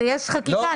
יש חקיקה.